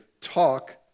talk